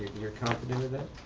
you're confident of that?